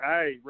Hey